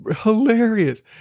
hilarious